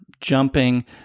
jumping